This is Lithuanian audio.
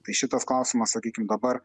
tai šitas klausimas sakykim dabar